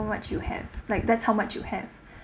much you have like that's how much you have